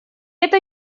это